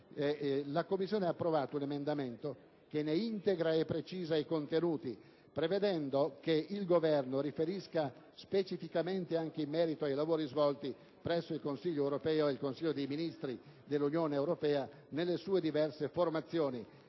la Commissione ha approvato un emendamento che ne integra e precisa i contenuti, prevedendo che il Governo riferisca specificamente anche in merito ai lavori svolti presso il Consiglio europeo e il Consiglio dei ministri dell'Unione europea, nelle sue diverse formazioni,